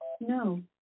No